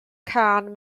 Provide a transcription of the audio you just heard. cân